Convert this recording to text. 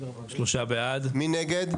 מי נגד?